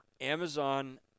Amazon